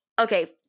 okay